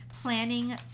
Planning